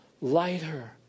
lighter